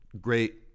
great